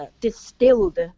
distilled